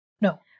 No